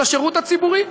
את השירות הציבורי.